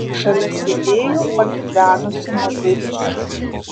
šalia sėdėjo pagyvenusi moteriškė